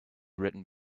written